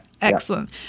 Excellent